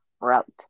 route